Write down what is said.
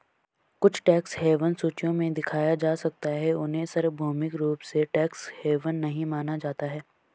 कुछ tax haven सूचियों में दिखाया जा सकता है, उन्हें सार्वभौमिक रूप से टैक्स हेवन नहीं माना जाता है